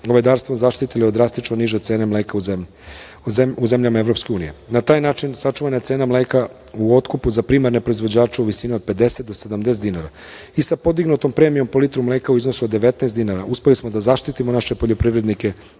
govedarstvom zaštitili od drastično niže cene mleka u zemljama EU. Na taj način sačuvana je cena mleka u otkupu za primarne proizvođače u visini od 50 do 70 dinara i sa podignutom premijom po litru mleka u iznosu od 19 dinara uspeli smo da zaštitimo naše poljoprivrednike